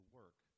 work